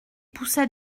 poussa